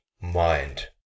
mind